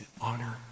Honor